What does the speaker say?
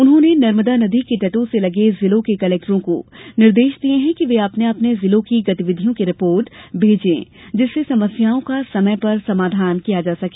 उन्होने नर्मदा नदी के तटों से लगे जिलों के कलेक्टरों को निर्देश दिये कि वे अपने अपने जिलों की गतिविधियों की रिपोर्ट भेजें जिससे समस्याओं का समय पर समाधान किया जा सके